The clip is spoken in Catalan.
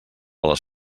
les